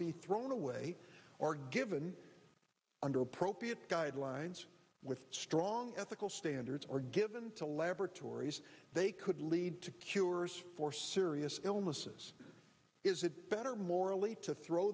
be thrown away are given under appropriate guidelines with strong ethical standards or given to laboratories they could lead to cures for serious illnesses is it better morally to throw